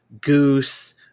Goose